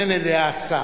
מתכונן אליה השר.